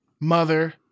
mother